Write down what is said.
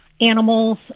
animals